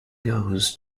goes